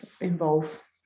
involve